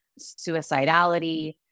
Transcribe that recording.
suicidality